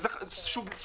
יש